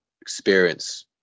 experience